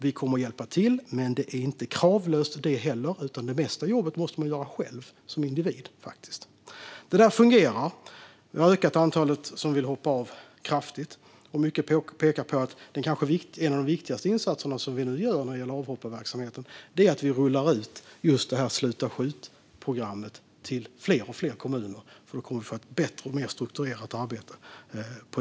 Vi kommer att hjälpa till, men det är inte kravlöst, utan det mesta jobbet måste ni göra själva som individer. Det där fungerar. Vi har kraftigt ökat antalet som vill hoppa av, och mycket pekar på att en av de viktigaste insatser som vi nu gör när det gäller avhopparverksamheten är att vi rullar ut Sluta skjut-programmet till fler och fler kommuner, för då kommer vi att få ett bättre och mer strukturerat arbete.